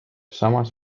samas